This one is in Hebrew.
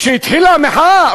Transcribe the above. כשהתחילה המחאה,